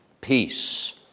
peace